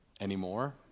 anymore